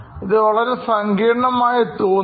ഇത് വളരെ സങ്കീർണ്ണമായ തോന്നും